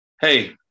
hey